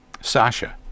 Sasha